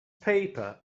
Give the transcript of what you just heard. paper